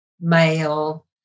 male